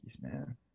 man